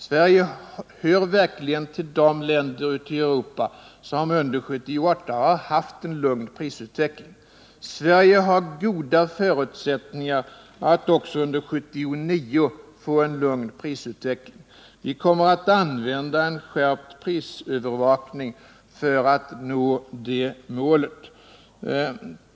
Sverige hör verkligen till de länder i Europa som under 1978 har haft en lugn prisutveckling, Sverige har goda förutsättningar att få en lugn utveckling också under 1979. Vi kommer att använda skärpt prisövervakning för att nå det målet.